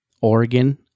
Oregon